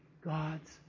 God's